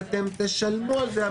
ואתם תשלמו על זה.